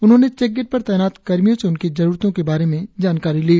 उन्होंने check gate पर तैनात कर्मियों से उनकी जरुरतों के बारे में जानकारी ली